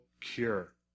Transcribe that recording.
cure